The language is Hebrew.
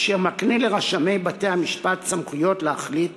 אשר מקנה לרשמי בתי-משפט סמכויות לדון ולהחליט